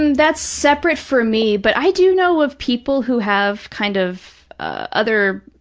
um that's separate for me, but i do know of people who have kind of other